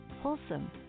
wholesome